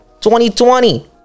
2020